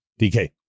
DK